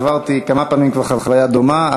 עברתי כבר כמה פעמים חוויה דומה,